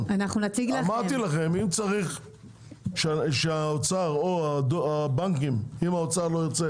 אמרתי לכם, אם צריך שהאוצר או אם האוצר לא ירצה,